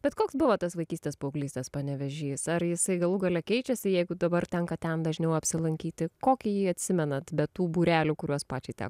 bet koks buvo tas vaikystės paauglystės panevėžys ar jisai galų gale keičiasi jeigu dabar tenka ten dažniau apsilankyti kokį jį atsimenat be tų būrelių kuriuos pačiai teko